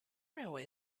railway